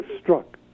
struck